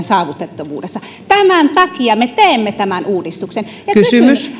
saavutettavuudessa tämän takia me teemme tämän uudistuksen ja kysymys